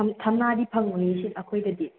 ꯊꯝꯅꯥꯗꯤ ꯐꯪꯉꯣꯏꯌꯦ ꯑꯩꯈꯣꯏꯗꯗꯤ